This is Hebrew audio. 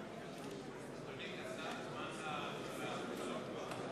כזמן המותר לדבר בטלפון.